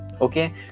okay